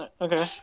Okay